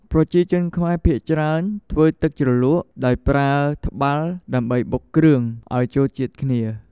ប្រជាជនខ្មែរភាគច្រើនធ្វើទឹកជ្រលក់ដោយប្រើ ត្បាល់ដើម្បីបុកគ្រឿងអោយចូលជាតិគ្នា។